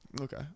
Okay